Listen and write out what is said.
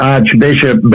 Archbishop